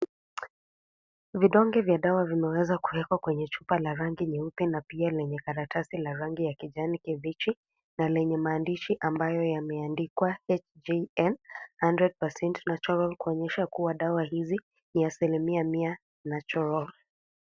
Vidonge vya dawa vimeweza kuwekwa kwenye chupa la rangi nyeupe na pia lenye karatasi la rangi ya kijani kibichi na lenye maandishi ambayo yameandikwa " HGN 100% natural "kuonyesha kuwa dawa hizi ni asilimia Mia natural .